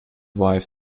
wife